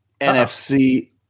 NFC